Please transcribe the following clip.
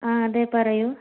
ആ അതെ പറയൂ